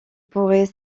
pourrait